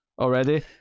already